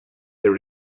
there